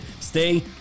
stay